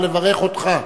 לברך אותך.